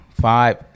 Five